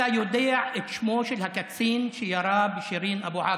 אתה יודע את שמו של הקצין שירה בשירין אבו עאקלה,